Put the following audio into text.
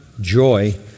joy